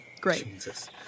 Great